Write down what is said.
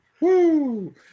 Woo